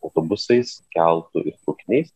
autobusais keltu ir traukiniais